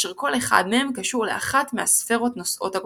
אשר כל אחד מהם קשור לאחד מהספירות נושאות הכוכבים.